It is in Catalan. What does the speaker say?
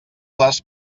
les